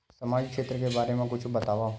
सामजिक क्षेत्र के बारे मा कुछु बतावव?